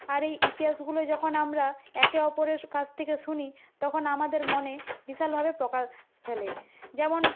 আর এই ইতিহাসগুলোই যখন আমরা একে অপরের কাছ থেকে শুনি তখন আমাদের মনে বিশালভাবে প্রকাশ ফেলে যেমন